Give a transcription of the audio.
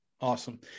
Awesome